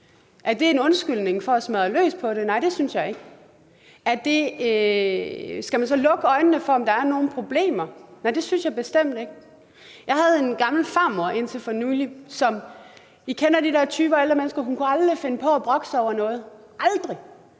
Er det en undskyldning for at smadre løs på det? Nej, det synes jeg ikke. Skal man så lukke øjnene for, om der er nogle problemer? Nej, det synes jeg bestemt ikke. Jeg havde en gammel farmor indtil for nylig, som var en af den slags ældre mennesker, som I kender, der aldrig kunne finde på at brokke sig over noget, aldrig,